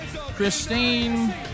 Christine